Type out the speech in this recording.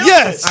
Yes